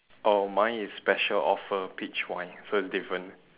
oh mine is special offer peach wine so it's different